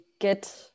get